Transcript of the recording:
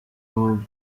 babou